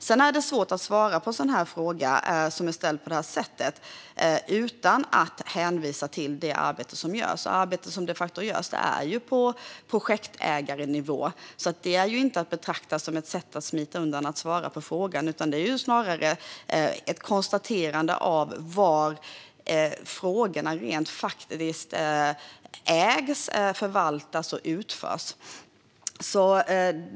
Sedan är det svårt att svara på en fråga som är ställd på detta sätt utan att hänvisa till det arbete som görs. Och det arbete som de facto görs är på projektägarnivå. Det är alltså inte att betrakta som ett sätt att smita undan att svara på frågan, utan det är snarare ett konstaterande av var frågorna rent faktiskt ägs, förvaltas och utförs.